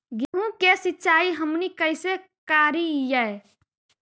गेहूं के सिंचाई हमनि कैसे कारियय?